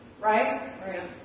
Right